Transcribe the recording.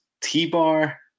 T-Bar